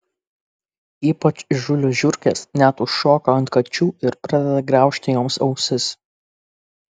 ypač įžūlios žiurkės net užšoka ant kačių ir pradeda graužti joms ausis